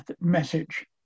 message